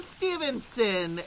Stevenson